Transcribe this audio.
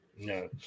No